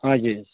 हजुर